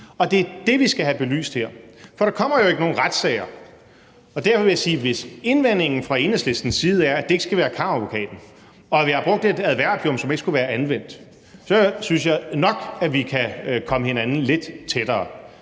og det er det, vi skal have belyst her, for der kommer jo ikke nogen retssager. Derfor vil jeg sige, at hvis indvendingen fra Enhedslistens side er, at det ikke skal være Kammeradvokaten, og at vi har brugt et adverbium, som ikke skulle være anvendt, så synes jeg nok, at vi kan komme hinanden lidt tættere.